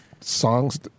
songs